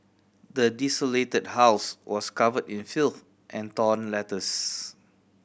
the desolated house was covered in filth and torn letters